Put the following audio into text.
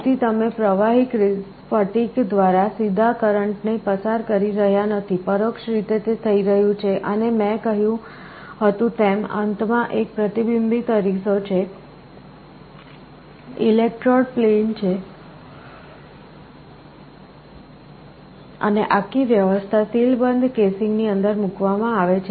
તેથી તમે પ્રવાહી સ્ફટિક દ્વારા સીધા કરંટ ને પસાર કરી રહ્યાં નથી પરોક્ષ રીતે તે થઈ રહ્યું છે અને મેં કહ્યું હતું તેમ અંત માં એક પ્રતિબિંબિત અરીસો છે ઇલેક્ટ્રોડ પ્લેન છે અને આખી વ્યવસ્થા સીલબંધ કેસીંગની અંદર મૂકવામાં આવે છે